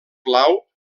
plau